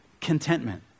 contentment